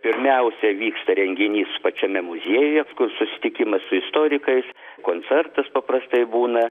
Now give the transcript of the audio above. pirmiausia vyksta renginys pačiame muziejuje kur susitikimas su istorikais koncertas paprastai būna